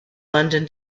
london